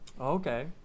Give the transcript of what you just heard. Okay